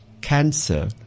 cancer